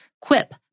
Quip